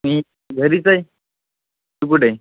मी घरीच आहे तू कुठे आहे